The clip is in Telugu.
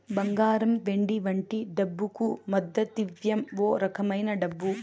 బంగారం వెండి వంటి డబ్బుకు మద్దతివ్వం ఓ రకమైన డబ్బు